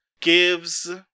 gives